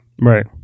Right